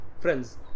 friends